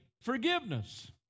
forgiveness